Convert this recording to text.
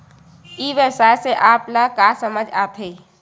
ई व्यवसाय से आप ल का समझ आथे?